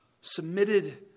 submitted